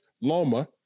Loma